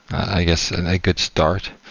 i guess an a good start.